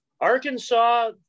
Arkansas